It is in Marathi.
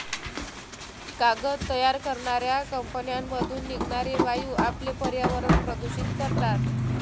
कागद तयार करणाऱ्या कंपन्यांमधून निघणारे वायू आपले पर्यावरण प्रदूषित करतात